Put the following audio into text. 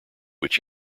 which